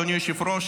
אדוני היושב-ראש,